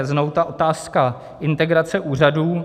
znovu ta otázka integrace úřadů.